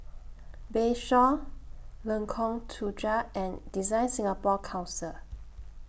Bayshore Lengkong Tujuh and DesignSingapore Council